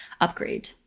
upgrade